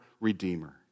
Redeemer